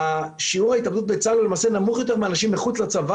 שיעור ההתאבדות בצה"ל הוא למעשה נמוך יותר מאנשים מחוץ לצבא,